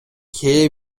кээ